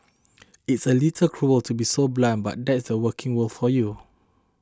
it's a little cruel to be so blunt but that's a working world for you